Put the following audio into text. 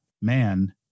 man